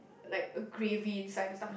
like gravy inside the stuff